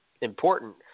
important